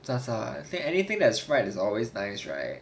暂时 ah say anything that's fried is always nice right